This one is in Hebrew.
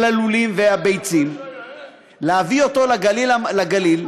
הלולים והביצים, ולהביא זאת לגליל.